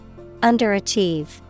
Underachieve